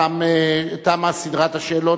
תמה סדרת השאלות,